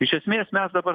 iš esmės mes dabar